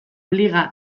liga